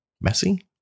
messy